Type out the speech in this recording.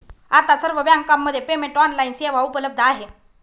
आता सर्व बँकांमध्ये पेमेंट ऑनलाइन सेवा उपलब्ध आहे